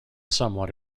somewhat